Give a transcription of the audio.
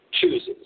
chooses